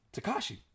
Takashi